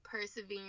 persevering